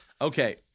Okay